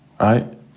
right